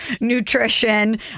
nutrition